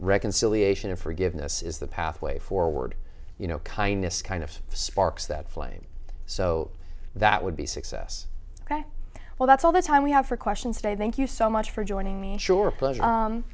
reconciliation and forgiveness is the pathway forward you know kindness kind of sparks that flame so that would be success ok well that's all the time we have for questions today thank you so much for joining